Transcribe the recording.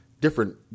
different